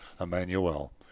Emmanuel